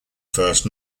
first